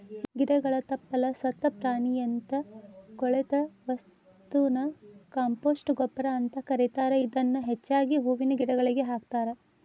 ಗಿಡಗಳ ತಪ್ಪಲ, ಸತ್ತ ಪ್ರಾಣಿಯಂತ ಕೊಳೆತ ವಸ್ತುನ ಕಾಂಪೋಸ್ಟ್ ಗೊಬ್ಬರ ಅಂತ ಕರೇತಾರ, ಇದನ್ನ ಹೆಚ್ಚಾಗಿ ಹೂವಿನ ಗಿಡಗಳಿಗೆ ಹಾಕ್ತಾರ